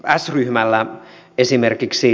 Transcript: s ryhmällä esimerkiksi